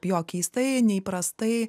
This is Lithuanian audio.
jo keistai neįprastai